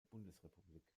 bundesrepublik